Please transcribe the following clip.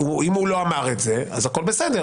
אם הוא לא אמר את זה, אז הכול בסדר.